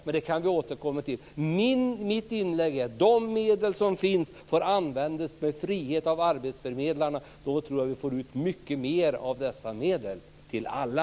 Men det kan vi återkomma till. Jag anser att de medel som finns ska få användas fritt av arbetsförmedlarna. Då tror jag att vi får ut mycket mer av dessa medel till alla.